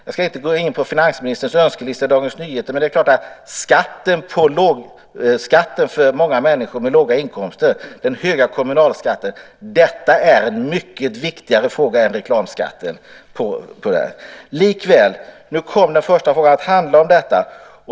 Jag ska inte gå in på finansministerns önskelista i Dagens Nyheter, men det är klart att den höga kommunalskatten för många människor med låga inkomster är en mycket viktigare fråga än reklamskatten. Men nu kom den första frågan att handla om denna.